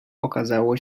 okazało